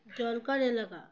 জলকর এলাকা